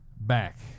back